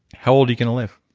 how old are going to live?